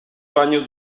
años